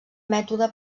mètode